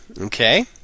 Okay